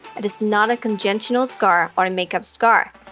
it is not a congenital scar or a makeup scar.